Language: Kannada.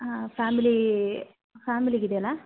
ಹಾಂ ಫ್ಯಾಮಿಲೀ ಫ್ಯಾಮಿಲಿಗೆ ಇದೆಯಲ್ಲಾ